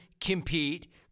compete